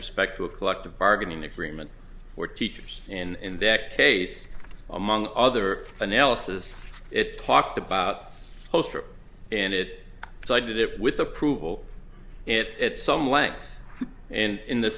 respect to a collective bargaining agreement for teachers and in that case among other analysis it talked about host and it so i did it with approval and at some length and in the